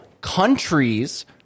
countries—